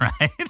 right